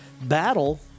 battle